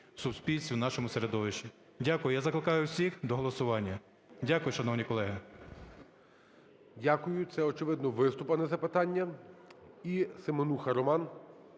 в нашому середовищі. Дякую. Я закликаю всіх до голосування. Дякую, шановні колеги. ГОЛОВУЮЧИЙ. Дякую. Це очевидно виступ, а не запитання. І Семенуха Роман,